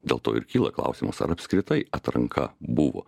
dėl to ir kyla klausimas ar apskritai atranka buvo